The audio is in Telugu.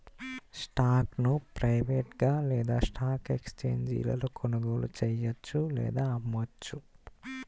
స్టాక్ను ప్రైవేట్గా లేదా స్టాక్ ఎక్స్ఛేంజీలలో కొనుగోలు చెయ్యొచ్చు లేదా అమ్మొచ్చు